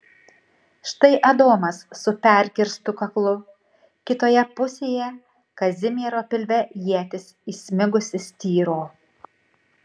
štai adomas su perkirstu kaklu kitoje pusėje kazimiero pilve ietis įsmigusi styro